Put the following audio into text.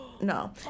no